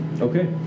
Okay